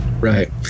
Right